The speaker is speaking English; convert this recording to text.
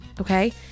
okay